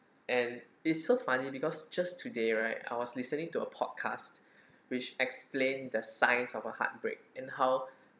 and it's so funny because just today right I was listening to a podcast which explained the science of a heartbreak in how